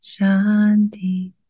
Shanti